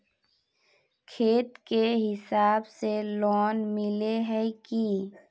खेत के हिसाब से लोन मिले है की?